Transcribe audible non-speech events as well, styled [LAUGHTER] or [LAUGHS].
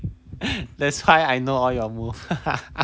that's why I know all your move [LAUGHS]